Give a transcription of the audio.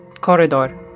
corridor